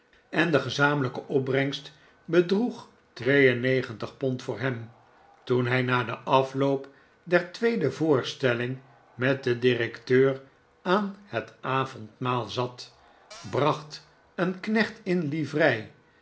en de gezamenlijke opbrengst bedroeg twee en negentig pond voor hem toen hij na den afloop der tweede voorstelling met den directeur aan het avondmaal zat bracht een knecht in livrei